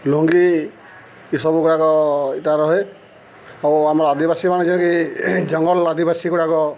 ଲୁଙ୍ଗି ଏସବୁ ଗୁଡ଼ାକ ଇଟା ରହେ ଆଉ ଆମର ଆଦିବାସୀମାନେ ଯେକି ଜଙ୍ଗଲ ଆଦିବାସୀ ଗୁଡ଼ାକ